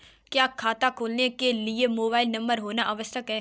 क्या खाता खोलने के लिए मोबाइल नंबर होना आवश्यक है?